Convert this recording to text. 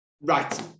Right